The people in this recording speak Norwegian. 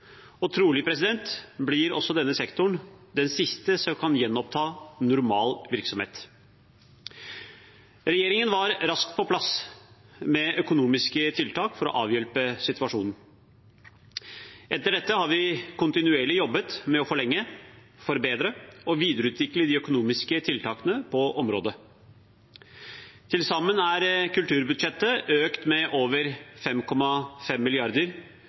Trolig blir denne sektoren også den siste som kan gjenoppta normal virksomhet. Regjeringen var raskt på plass med økonomiske tiltak for å avhjelpe situasjonen. Etter dette har vi kontinuerlig jobbet med å forlenge, forbedre og videreutvikle de økonomiske tiltakene på området. Til sammen er kulturbudsjettet økt med over 5,5